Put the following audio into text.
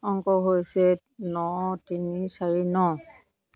অংক হৈছে ন তিনি চাৰি ন